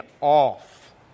off